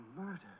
Murder